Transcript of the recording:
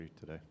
today